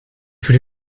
für